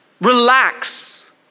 relax